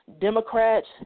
Democrats